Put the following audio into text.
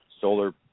solar